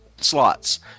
slots